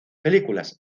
películas